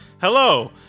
hello